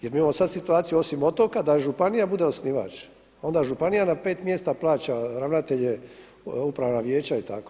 Jer mi imamo sada situaciju osim otoka da županija bude osnivač, onda županija na pet mjesta plaća ravnatelje, upravna vijeća i tako.